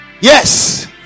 Yes